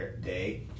day